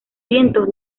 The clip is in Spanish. vientos